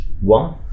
one